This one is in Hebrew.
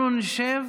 אנחנו נשב